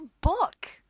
book